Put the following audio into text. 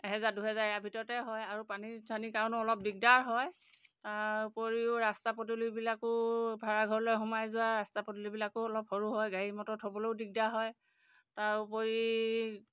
এহেজাৰ দুহেজাৰ ইয়াৰ ভিতৰতে হয় আৰু পানী চানীৰ কাৰণেও অলপ দিগদাৰ হয় তাৰ উপৰিও ৰাস্তা পদূলিবিলাকো ভাৰাঘৰলৈ সোমাই যোৱা ৰাস্তা পদূলিবিলাকো অলপ সৰু হয় গাড়ী মটৰ থ'বলৈও দিগদাৰ হয় তাৰ উপৰি